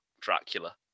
Dracula